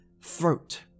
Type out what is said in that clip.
throat